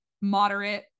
moderate